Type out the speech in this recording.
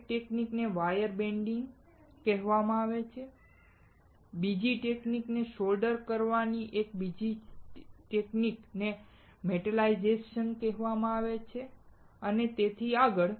એક ટેકનીકને wire bonding કહેવામાં આવે છે બીજી ટેકનીકને સોલ્ડર કરવાની બીજી ટેકનીકને મેટલાઇઝેશન કહેવામાં આવે છે અને તેથી આગળ